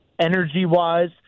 energy-wise